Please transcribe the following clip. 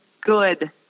good